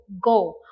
go